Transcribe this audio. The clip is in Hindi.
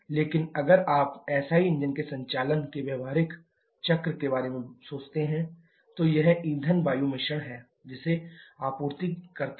लेकिन अगर आप एसआई इंजन के संचालन के लिए व्यावहारिक चक्र के बारे में सोचते हैं तो यह एक ईंधन वायु मिश्रण है जिसे आप आपूर्ति करते हैं